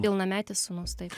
pilnametis sūnus taip